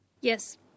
Yes